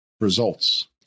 results